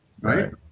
right